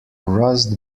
rust